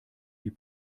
die